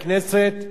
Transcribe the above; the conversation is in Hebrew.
שבאו והציעו.